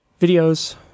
videos